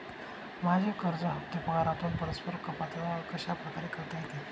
माझे कर्ज हफ्ते पगारातून परस्पर कपात कशाप्रकारे करता येतील?